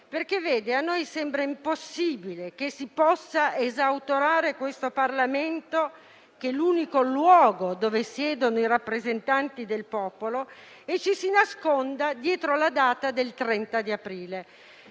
italiani. A noi sembra impossibile che si possa esautorare questo Parlamento, che è l'unico luogo dove siedono i rappresentanti del popolo, e ci si nasconda dietro la data del 30 aprile.